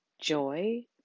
joy